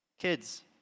Kids